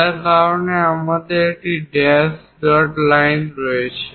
যার কারণে আমাদের একটি ড্যাশ ডট লাইন রয়েছে